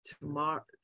tomorrow